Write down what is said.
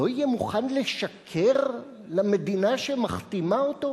לא יהיה מוכן לשקר למדינה שמחתימה אותו?